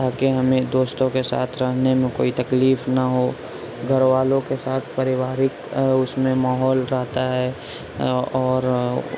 تاکہ ہمیں دوستوں کے ساتھ رہنے میں کوئی تکلیف نہ ہو گھر والوں کے ساتھ پریوارک اور اس میں ماحول رہتا ہے اور